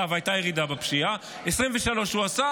כי הוא לא היה ראש הממשלה והייתה ירידה בפשיעה.